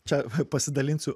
čia pasidalinsiu